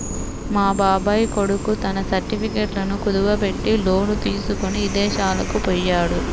మా బాబాయ్ కొడుకు తన సర్టిఫికెట్లను కుదువబెట్టి లోను తీసుకొని ఇదేశాలకు పొయ్యాడు